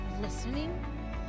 listening